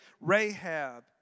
Rahab